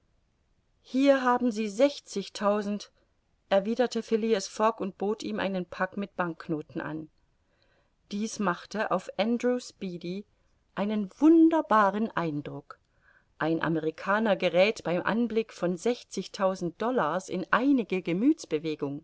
hier haben sie sechzigtausend erwiderte phileas fogg und bot ihm einen pack mit banknoten an dies machte auf andrew speedy einen wunderbaren eindruck ein amerikaner geräth beim anblick von sechzigtausend dollars in einige